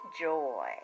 joy